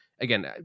again